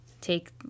take